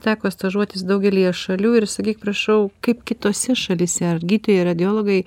teko stažuotis daugelyje šalių ir sakyk prašau kaip kitose šalyse gydytojai radiologai